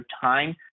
time